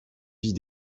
vies